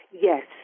Yes